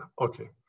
Okay